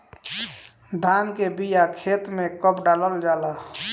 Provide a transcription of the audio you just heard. धान के बिया खेत में कब डालल जाला?